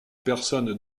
personne